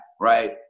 right